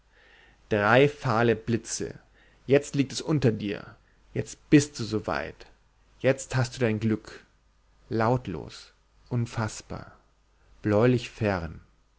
drei fahle blitze jetzt liegt es unter dir jetzt bist du soweit jetzt hast du dein glück lautlos unfaßbar bläulich fern